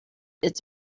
its